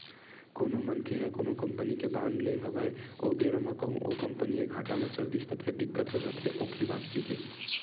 कोनो मनखे ह कोनो कंपनी के बांड लेय हवय ओ बेरा म कहूँ ओ कंपनी ह घाटा म चल दिस त फेर दिक्कत हो जाथे ओखी वापसी के